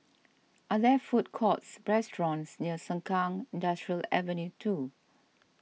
are there food courts or restaurants near Sengkang Industrial Avenue two